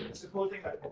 and supposing that